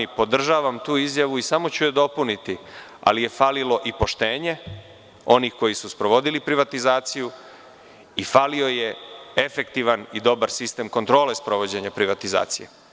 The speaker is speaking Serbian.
Podržavam tu izjavu i samo ću je dopuniti, ali je falilo i poštenje onih koji su sprovodili privatizaciju i falio je efektivan i dobar sistem kontrole sprovođenja privatizacije.